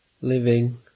living